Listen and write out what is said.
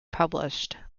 published